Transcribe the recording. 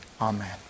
Amen